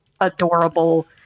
adorable